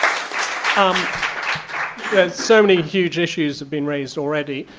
um so many huge issues have been raised already.